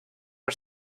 our